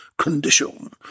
condition